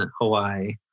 Hawaii